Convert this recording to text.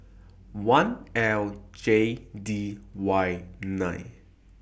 one L J D Y nine